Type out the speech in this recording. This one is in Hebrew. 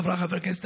חברי הכנסת,